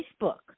Facebook